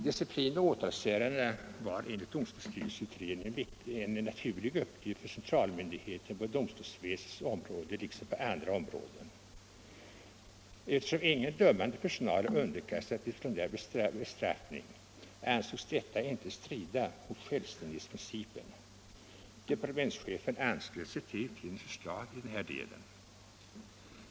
Disciplinoch åtalsärenden var enligt domstolsstyrelseutredningen en naturlig uppgift för en centralmyndighet på domstolsväsendets område liksom på andra områden. Eftersom ingen dömande personal är underkastad disciplinär bestraffning ansågs detta inte strida mot självständighetsprincipen. Departementschefen anslöt sig till utredningens förslag i den här delen.